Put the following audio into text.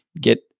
get